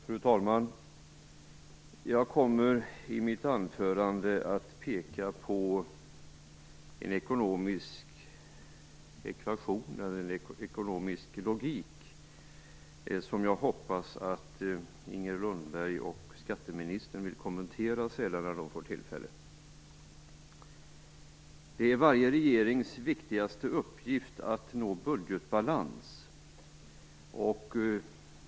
Fru talman! Jag kommer i mitt anförande att peka på en ekonomisk ekvation, en ekonomisk logik, som jag hoppas att Inger Lundberg och skatteministern sedan vid tillfälle vill kommentera. Det är varje regerings viktigaste uppgift att nå budgetbalans.